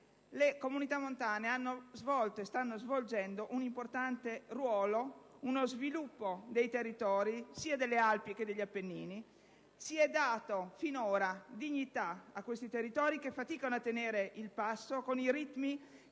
Le comunità montane hanno svolto, e stanno svolgendo, un importante ruolo, uno sviluppo dei territori, sia delle Alpi che degli Appennini. Si è data, finora, dignità a questi territori, che faticano a tenere il passo con i ritmi